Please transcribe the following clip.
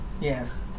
yes